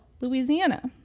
Louisiana